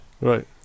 Right